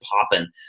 popping